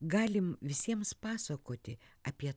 galim visiems pasakoti apie